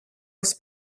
was